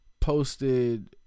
Posted